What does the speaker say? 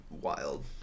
wild